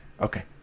Okay